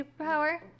superpower